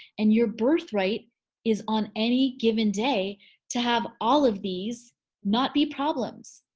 and your birthright is on any given day to have all of these not be problems.